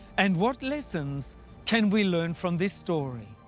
and what lessons can we learn from this story?